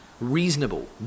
reasonable